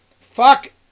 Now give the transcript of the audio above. Fuck